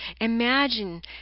Imagine